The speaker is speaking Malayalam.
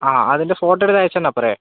ആ അതിൻ്റെ ഫോട്ടോ എടുത്ത് അയച്ചു തന്നാൽ പോരെ